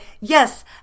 yes